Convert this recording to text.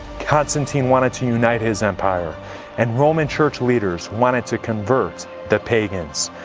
constantine wanted to unite his empire and roman church leaders wanted to convert the pagans.